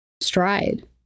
stride